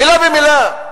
מלה במלה.